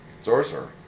Sorcerer